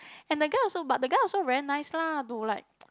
and the guy also but the guy also very nice lah to like